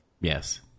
Yes